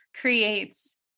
creates